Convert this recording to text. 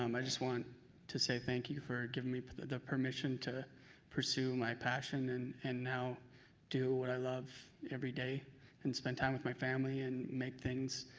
um i just want to say thank you for giving me but the permission to pursue my passion and and now do what i love everyday and spend time with my family and make things